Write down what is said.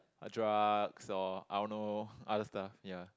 drugs or I don't know other stuff ya